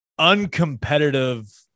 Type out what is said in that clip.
uncompetitive